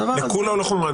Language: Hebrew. לקולא או לחומרא?